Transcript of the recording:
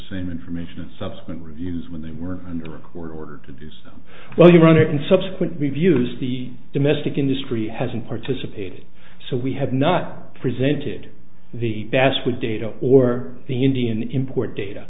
same information and subsequent reviews when they were under a court order to do so well you run it in subsequent reviews the domestic industry hasn't participated so we have not presented the basswood data or the indian import data